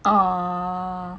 oh